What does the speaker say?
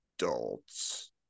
adults